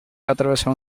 atravesar